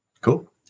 Cool